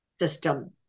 system